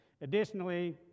Additionally